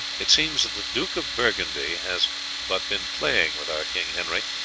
it seems that the duke of burgundy has but been playing with our king henry,